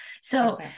So-